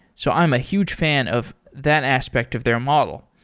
so i'm a huge fan of that aspect of their model.